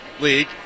League